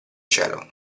cielo